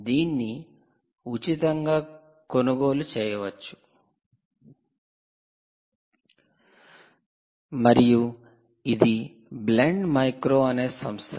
దీన్ని ఉచితంగా కొనుగోలు చేయవచ్చు మరియు ఇది 'బ్లెండ్ మైక్రో' 'Blend micro' అనే సంస్థది